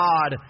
God